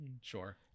Sure